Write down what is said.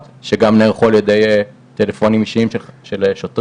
שנערכו על ידי טלפונים אישיים של שוטרים,